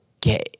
get